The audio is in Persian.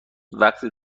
وقتی